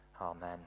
Amen